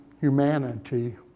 humanity